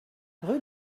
rue